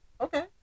okay